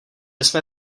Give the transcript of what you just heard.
jsme